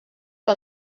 que